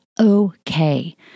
okay